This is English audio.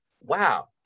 wow